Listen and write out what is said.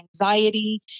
anxiety